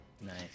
Nice